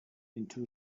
into